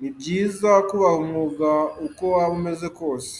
Ni byiza kubaha umwuga uko waba umeze kose.